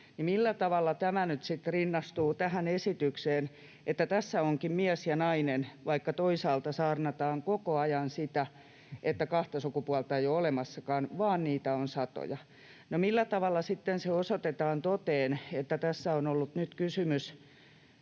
millä tavalla tämä nyt sitten rinnastuu tähän esitykseen, että tässä onkin mies ja nainen, vaikka toisaalta saarnataan koko ajan sitä, että kahta sukupuolta ei ole olemassakaan vaan niitä on satoja? No, millä tavalla sitten se osoitetaan toteen, että tässä on ollut nyt kysymys